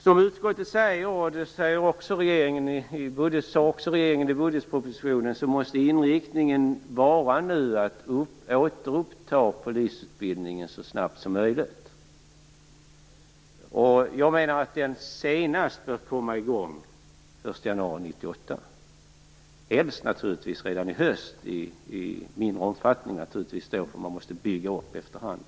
Som utskottet säger, och även regeringen i budgetpropositionen, måste inriktningen nu vara att återuppta polisutbildningen så snabbt som möjligt. Jag menar att den senast bör komma i gång den 1 januari 1998 och helst redan i höst, men då naturligtvis i mindre omfattning. Den måste ju byggas upp efter hand.